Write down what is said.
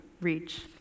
reach